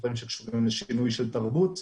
בדברים שקשורים לשינוי של תרבות,